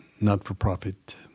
not-for-profit